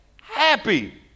happy